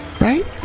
right